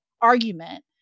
argument